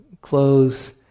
clothes